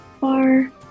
far